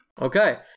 Okay